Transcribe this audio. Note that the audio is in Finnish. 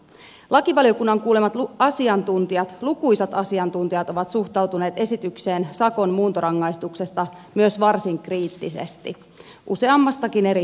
myös lukuisat lakivaliokunnan kuulemat asiantuntijat ovat suhtautuneet esitykseen sakon muuntorangaistuksesta varsin kriittisesti useammastakin eri syystä